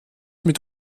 mit